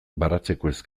baratzekoez